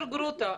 פרופסור גרוטו,